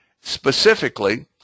specifically